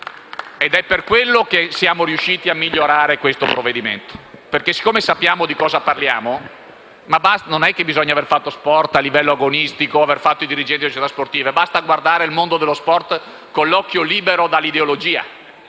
È per questo che siamo riusciti a migliorare questo provvedimento: perché sappiamo di cosa parliamo. E non c'è bisogno di aver fatto sport a livello agonistico o aver fatto i dirigenti delle società sportive, basta guardare il mondo dello sport con l'occhio libero dall'ideologia,